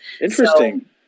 interesting